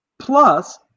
plus